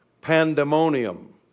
pandemonium